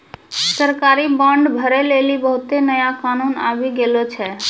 सरकारी बांड भरै लेली बहुते नया कानून आबि गेलो छै